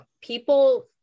people